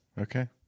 okay